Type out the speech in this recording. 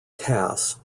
cass